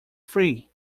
free